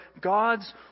God's